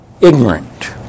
ignorant